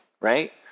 right